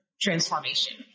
transformation